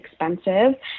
expensive